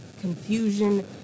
confusion